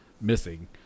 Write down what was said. missing